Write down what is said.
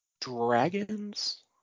dragons